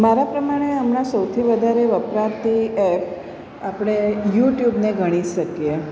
મારા પ્રમાણે હમણાં સૌથી વધારે વપરાતી એપ આપણે યુટ્યુબને ગણી શકીએ